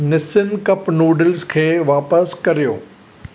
Nissin cup noodles खे वापसि कयो